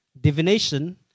divination